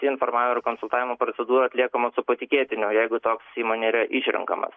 informavimo ir konsultavimo procedūra atliekama su patikėtiniu jeigu toks įmonėje yra išrenkamas